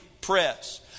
press